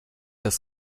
das